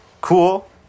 Cool